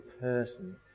person